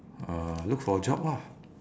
uh look for a job lah